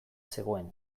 zegoen